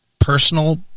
personal